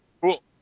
cool